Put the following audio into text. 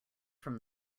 from